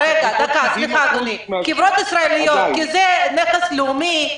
כי זה נכס לאומי.